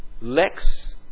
lex